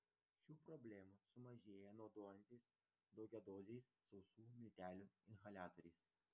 šių problemų sumažėja naudojantis daugiadoziais sausų miltelių inhaliatoriais